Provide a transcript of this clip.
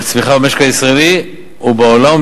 בצמיחה במשק הישראלי ובעולם,